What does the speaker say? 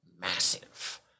massive